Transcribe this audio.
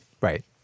Right